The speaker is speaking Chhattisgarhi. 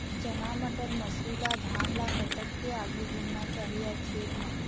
चना बटर मसरी ला धान ला कतक के आघु बुनना चाही या छेद मां?